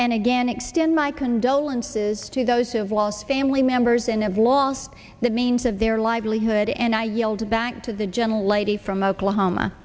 and again extend my condolences to those who have lost family members and have lost the means of their livelihood and i yield back to the gentle lady from oklahoma